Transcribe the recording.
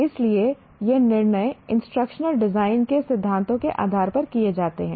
इसलिए ये निर्णय इंस्ट्रक्शनल डिजाइन के सिद्धांतों के आधार पर किए जाते हैं